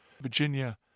Virginia